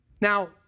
Now